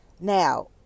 Now